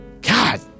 god